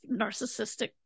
narcissistic